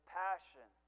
passion